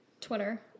twitter